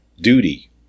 duty